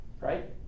right